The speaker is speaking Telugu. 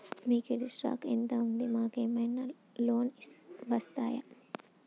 మా క్రెడిట్ స్కోర్ ఎంత ఉంది? మాకు ఏమైనా లోన్స్ వస్తయా?